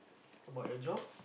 about your job